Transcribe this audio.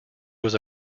was